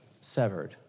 severed